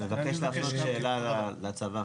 אני מבקש להפנות שאלה לצבא.